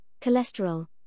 cholesterol